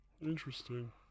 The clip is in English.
Interesting